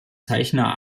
zeichner